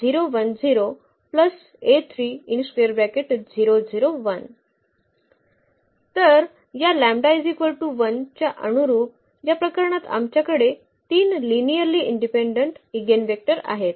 तर या λ 1 च्या अनुरुप या प्रकरणात आमच्याकडे तीन लिनिअर्ली इंडिपेंडेंट एगेनवेक्टर आहेत